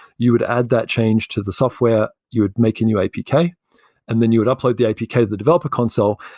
you would add that change to the software, you would make a new apk and then you would upload the apk kind of the developer console.